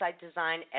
design